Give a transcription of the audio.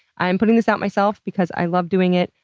i'm putting this out myself because i love doing it.